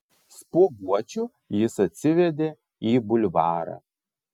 spuoguočių jis atsivedė į bulvarą